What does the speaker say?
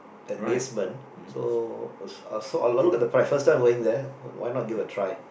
at basement so I s~ I saw a lo~ look at the price first then I going there why not give a try